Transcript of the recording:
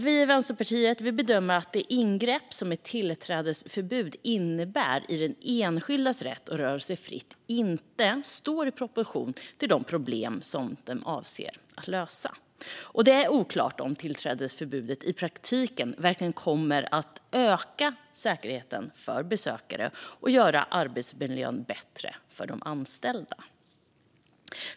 Vi i Vänsterpartiet bedömer att det ingrepp i den enskildes rätt att röra sig fritt som ett tillträdesförbud innebär inte står i proportion till de problem som det avser att lösa. Det är även oklart om tillträdesförbudet i praktiken verkligen kommer att öka säkerheten för besökare och göra arbetsmiljön bättre för de anställda.